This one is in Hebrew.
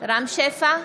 רם שפע,